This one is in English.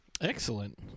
Excellent